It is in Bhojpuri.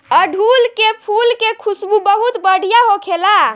अढ़ऊल के फुल के खुशबू बहुत बढ़िया होखेला